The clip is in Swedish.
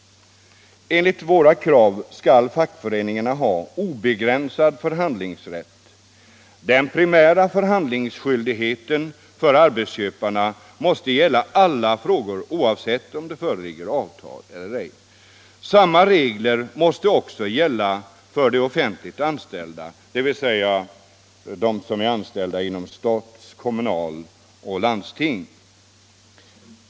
Enligt våra krav skall fackföreningarna ha obegränsad förhandlingsrätt. Den primära förhandlingsskyldigheten för arbetsköparna måste gälla alla frågor oavsett om det föreligger avtal eller ej. Samma regler måste också gälla för offentligt anställda — dvs. för dem som är anställda hos stat, kommun och landsting.